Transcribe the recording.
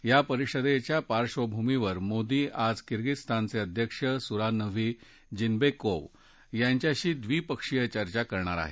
या परिषदेच्या पार्श्वभूमीवर मोदी आज किर्गिझस्तानचे अध्यक्ष सुरानद्वी जिन्बेकोव्ह यांच्याशी ड्वीपक्षीय चर्चा करणार आहेत